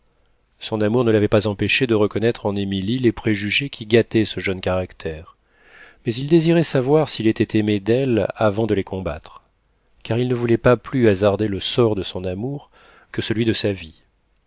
son amour ne l'avait pas empêché de reconnaître en émilie les préjugés qui gâtaient ce jeune caractère mais il désirait savoir s'il était aimé d'elle avant de les combattre car il ne voulait pas plus hasarder le sort de son amour que celui de sa vie